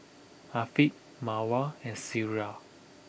Afiq Mawar and Syirah